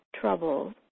trouble